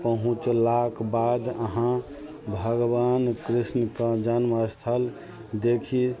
पहुँचलाक बाद अहाँ भगवान कृष्णके जनम अस्थल देखि